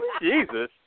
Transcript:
Jesus